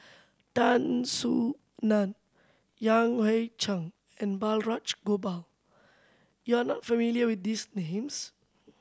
Tan Soo Nan Yan Hui Chang and Balraj Gopal you are not familiar with these names